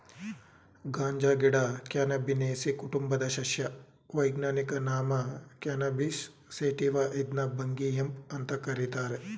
ಗಾಂಜಾಗಿಡ Cannabinaceae ಕುಟುಂಬದ ಸಸ್ಯ ವೈಜ್ಞಾನಿಕ ನಾಮ ಕ್ಯಾನಬಿಸ್ ಸೇಟಿವ ಇದ್ನ ಭಂಗಿ ಹೆಂಪ್ ಅಂತ ಕರೀತಾರೆ